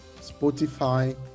Spotify